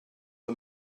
her